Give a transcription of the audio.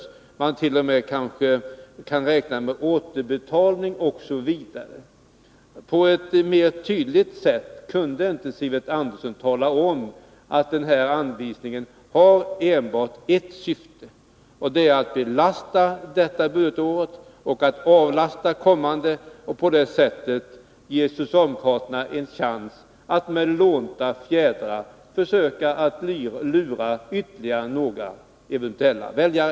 Man kanske t.o.m. kan påräkna återbetalning osv. Tydligare kunde Sivert Andersson inte ha talat om att denna anvisning enbart har ett syfte: att belasta detta budgetår och att avlasta kommande budgetår för att därigenom ge socialdemokraterna en chans att med lånta fjädrar försöka lura ytterligare några väljare.